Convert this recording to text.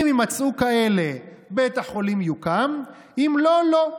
אם יימצאו כאלה, בית החולים יוקם, אם לא, לא.